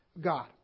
God